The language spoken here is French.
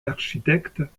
architecte